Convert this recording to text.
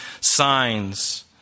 signs